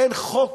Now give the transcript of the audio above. אין חוק